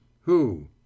Who